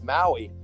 Maui